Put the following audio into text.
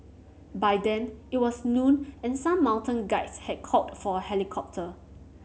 by then it was noon and some mountain guides had called for a helicopter